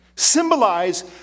symbolize